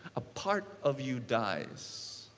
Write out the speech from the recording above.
a part of you dies.